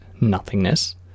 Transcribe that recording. nothingness